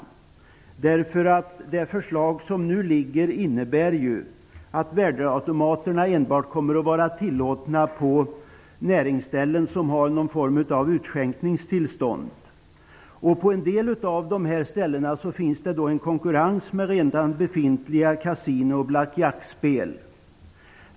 Det förslag som nu föreligger innebär att värdeautomaterna kommer att vara tillåtna enbart på näringsställen som har någon form av utskänkningstillstånd. På en del av dessa ställen uppstår en konkurrens med redan befintliga kasinon och Black-Jack-spel.